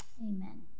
Amen